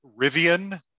rivian